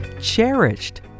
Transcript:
cherished